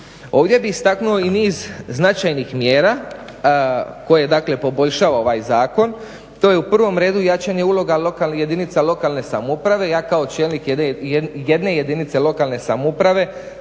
Ovdje bih istaknuo i niz značajnih mjera koje je dakle poboljšao ovaj zakon. To je u prvom redu jačanje uloga jedinica lokalne samouprave. Ja kao čelnik jedne jedinice lokalne samouprave